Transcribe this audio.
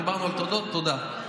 דיברנו על תודות, תודה.